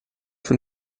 von